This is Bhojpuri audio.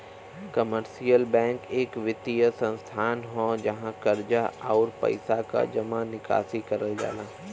कमर्शियल बैंक एक वित्तीय संस्थान हौ जहाँ कर्जा, आउर पइसा क जमा निकासी करल जाला